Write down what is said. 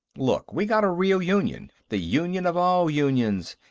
look, we got a real union the union of all unions.